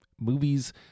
Movies